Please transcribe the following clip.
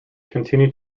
continued